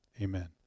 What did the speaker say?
amen